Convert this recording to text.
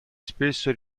spesso